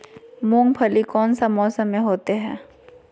मूंगफली कौन सा मौसम में होते हैं?